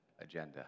agenda